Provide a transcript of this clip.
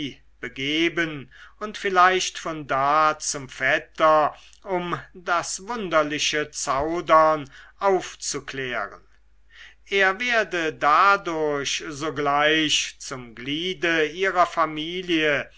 begeben und vielleicht von da zum vetter um das wunderliche zaudern aufzuklären er werde dadurch sogleich zum gliede ihrer familie